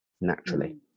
naturally